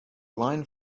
line